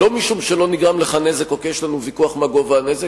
לא משום שלא נגרם לך נזק או כי יש לנו ויכוח מה גובה הנזק,